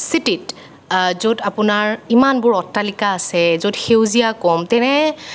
চিটিত য'ত আপোনাৰ ইমানবোৰ অট্টালিকা আছে য'ত সেউজীয়া কম তেনে